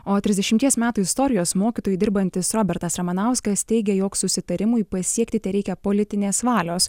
o trisdešimties metų istorijos mokytoju dirbantis robertas ramanauskas teigė jog susitarimui pasiekti tereikia politinės valios